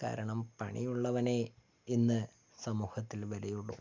കാരണം പണിയുള്ളവനെ ഇന്ന് സമൂഹത്തിൽ വിലയുള്ളൂ